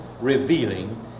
revealing